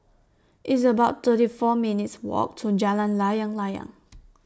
It's about thirty four minutes' Walk to Jalan Layang Layang